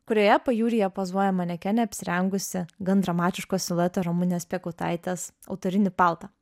kurioje pajūryje pozuoja manekenė apsirengusi gan dramatiško silueto ramunės piekautaitės autorinį paltą